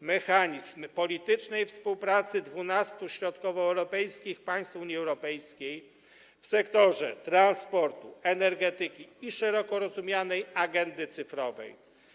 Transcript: mechanizm politycznej współpracy 12 środkowoeuropejskich państw Unii Europejskiej w sektorze transportu, energetyki i szeroko rozumianej agendy cyfrowej.